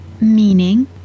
meaning